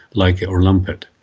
like it or lump it.